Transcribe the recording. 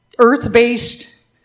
earth-based